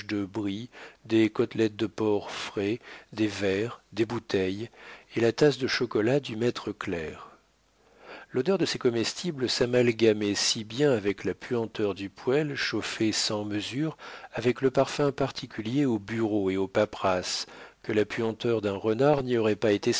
brie des côtelettes de porc frais des verres des bouteilles et la tasse de chocolat du maître clerc l'odeur de ces comestibles s'amalgamait si bien avec la puanteur du poêle chauffé sans mesure avec le parfum particulier aux bureaux et aux paperasses que la puanteur d'un renard n'y aurait pas été